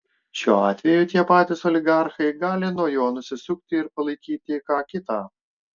šiuo atveju tie patys oligarchai gali nuo jo nusisukti ir palaikyti ką kitą